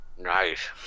Nice